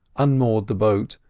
unmoored the boat,